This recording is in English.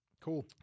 cool